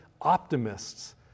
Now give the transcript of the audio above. optimists